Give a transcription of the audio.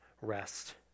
rest